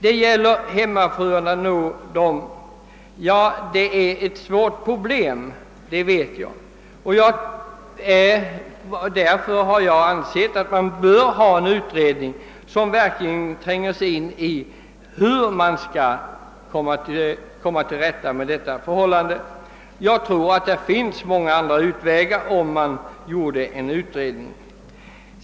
Vi vet att det är ett svårt problem att nå fram till hemmafruarna. Därför har jag ansett att man bör göra en utredning som verkligen tränger in i hur man skall komma till rätta med denna fråga. Man skulle säkerligen finna många utvägar för att lösa detta problem genom en sådan utredning.